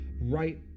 right